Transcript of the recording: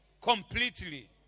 Completely